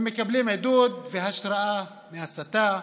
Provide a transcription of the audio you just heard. הם מקבלים עידוד והשראה מהסתה,